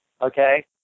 okay